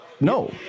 no